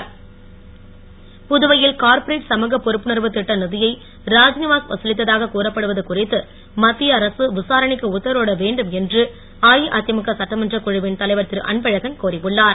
அன்பழகன் புதுவையில் கார்ப்பரேட் சமூக பொறுப்புணர்வுத் திட்ட நிதியை ராஜ்நிவாஸ் வதலித்ததாக கூறப்படுவது குறித்து மத்திய அரசு விசாரணைக்கு உத்தரவிட வேண்டும் என்று அஇஅதிமுக சட்டமன்றக் குழுவின் தலைவர் திரு அன்பழகன் கோரி உள்ளார்